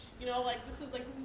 you know, like, this is like